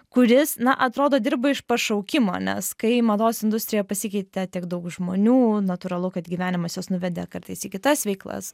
kuris na atrodo dirba iš pašaukimo nes kai mados industrijoje pasikeitė tiek daug žmonių natūralu kad gyvenimas juos nuvedė kartais į kitas veiklas